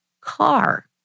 car